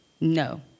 No